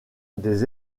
des